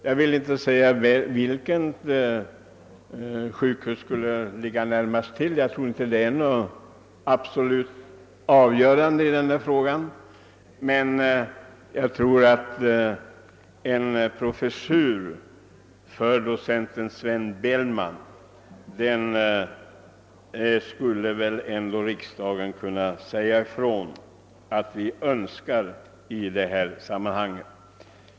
Jag vill inte säga vilket sjukhus som skulle ligga närmast till hands; jag tror inte det är absolut avgörande för denna fråga. Jag tror emellertid att en professur för docenten Sven Bellman är något som riksdagen ändå skulle kunna säga ifrån att vi önskar. Herr talman!